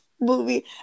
movie